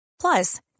Plus